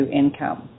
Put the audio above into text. income